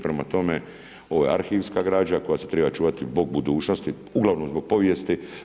Prema tome, ovo je arhivska građa koja se treba čuvati zbog budućnosti, uglavnom zbog povijesti.